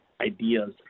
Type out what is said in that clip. ideas